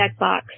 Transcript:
checkbox